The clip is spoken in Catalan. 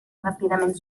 ràpidament